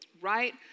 right